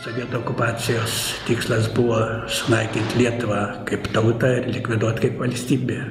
sovietų okupacijos tikslas buvo sunaikint lietuvą kaip tautą likviduot kaip valstybė